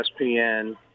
ESPN